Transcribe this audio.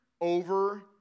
over